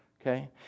Okay